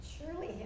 surely